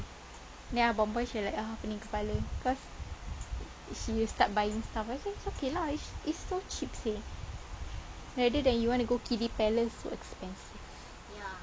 then abang boy macam like ah pening kepala cause she will start buying stuff I say it's okay lah it's still cheap seh rather than you want to go kiddy palace so expensive